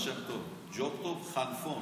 ג'וב טוב חנפון.